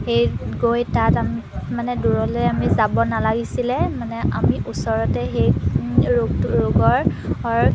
সেই গৈ তাত আমি মানে দূৰলৈ আমি যাব নালাগিছিলে মানে আমি ওচৰতে সেই ৰোগটো ৰোগৰ